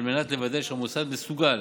על מנת לוודא שהמוסד מסוגל